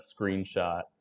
screenshot